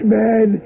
man